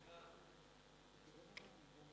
סעיפים 1